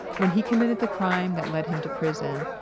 when he committed the crime that led him to prison,